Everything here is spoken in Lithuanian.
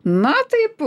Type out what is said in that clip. na taip